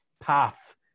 path